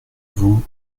vous